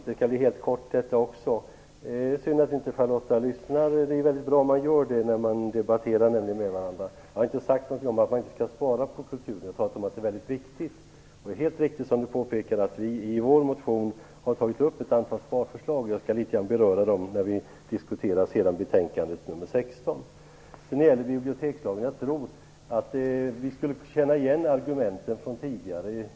Herr talman! Det är synd att Charlotta Bjälkebring inte lyssnar. Det är mycket bra om man gör det när man debatterar med varandra. Jag har inte sagt någonting om att man inte skall spara på kulturen. Jag sade att den var mycket viktig. Det var helt riktigt som Charlotta Bjälkebring påpekade att vi i vår motion har tagit upp ett antal sparförslag. Jag skall beröra dem litet när vi diskuterar kulturutskottets betänkande nr 16. När det gäller bibliotekslagen tror jag att vi skulle känna igen argumenten från tidigare.